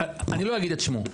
אני לא אגיד את שמו,